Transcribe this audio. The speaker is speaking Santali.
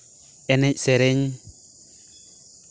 ᱮᱱᱮᱡ ᱥᱮᱨᱮᱧ